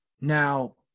Now